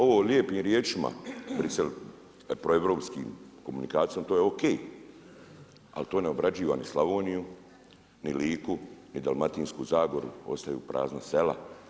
Ovo lijepim riječima Brisel, proeuropskim, komunikacijom, to je OK, ali to ne ne obrađuje ni Slavoniju, ni Liku, ni Dalmatinsku zagoru, ostaju prazna sela.